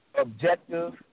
objective